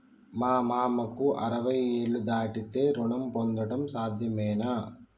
మా మామకు అరవై ఏళ్లు దాటితే రుణం పొందడం సాధ్యమేనా?